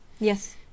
yes